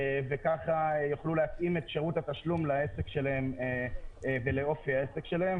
וככה יוכלו להתאים את שירות התשלום לעסק שלהם ולאופי העסק שלהם,